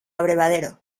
abrevadero